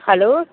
hello